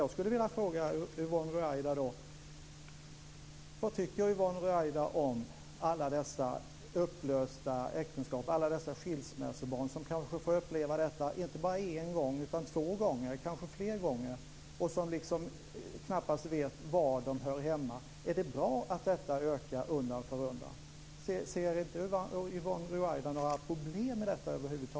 Jag skulle vilja fråga Yvonne Ruwaida vad hon tycker om alla dessa upplösta äktenskap och om alla skilsmässobarn som kanske får uppleva skilsmässa inte bara en utan två eller fler gånger. De vet knappast var de hör hemma. Är det bra att skilsmässorna ökar undan för undan? Ser Yvonne Ruwaida över huvud taget inga problem med detta?